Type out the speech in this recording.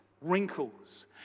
wrinkles